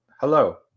hello